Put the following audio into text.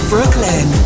Brooklyn